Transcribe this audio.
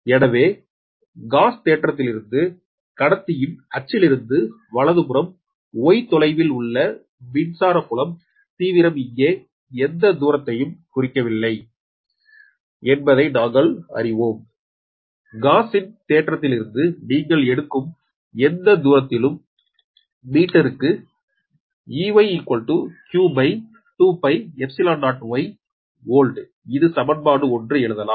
எனவே காஸ் தேற்றத்திலிருந்து கடத்தியின் அச்சிலிருந்து வலதுபுறம் y தொலைவில் உள்ள மின்சார புலம் தீவிரம் இங்கே எந்த தூரத்தையும் குறிக்கவில்லை என்பதை நாங்கள் அறிவோம் காஸியன் தேற்றத்திலிருந்து நீங்கள் எடுக்கும் எந்த தூரத்திலும் மீட்டருக்கு Eyq20y வோல்ட் இது சமன்பாடு 1 என்று எழுதலாம்